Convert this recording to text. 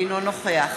אינו נוכח